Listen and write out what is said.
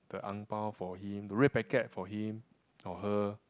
the angpao for him the red packet for him or her